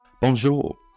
Bonjour